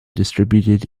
distributed